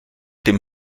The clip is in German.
dem